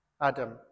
Adam